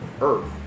Earth